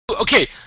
okay